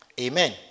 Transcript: Amen